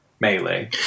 melee